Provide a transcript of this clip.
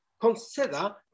consider